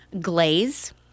glaze